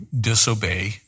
disobey